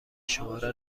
شماره